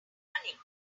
funny